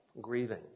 grieving